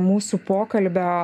mūsų pokalbio